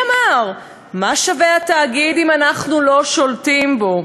מי אמר: "מה שווה התאגיד אם אנחנו לא שולטים בו.